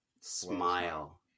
smile